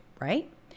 right